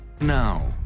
Now